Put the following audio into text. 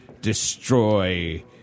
destroy